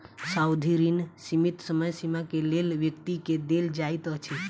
सावधि ऋण सीमित समय सीमा के लेल व्यक्ति के देल जाइत अछि